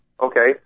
Okay